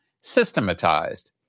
systematized